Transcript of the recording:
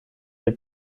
der